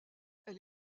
elle